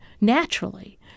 naturally